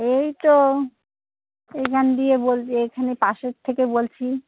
এই তো এইখান দিয়ে বলছি এখানে পাশের থেকে বলছি